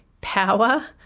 power